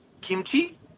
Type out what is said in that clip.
Kimchi